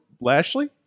Lashley